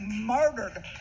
murdered